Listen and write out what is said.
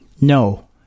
No